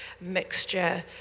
mixture